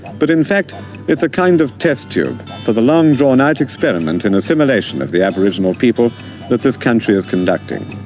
but in fact it's a kind of test tube for the long-drawn-out experiment in assimilation of the aboriginal people that this country is conducting.